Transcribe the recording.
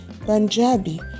Punjabi